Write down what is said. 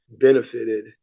benefited